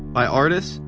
by artists,